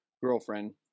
girlfriend